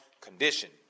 condition